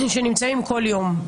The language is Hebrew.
אני חושב שנאמרו פה דברים טובים.